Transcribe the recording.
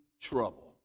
trouble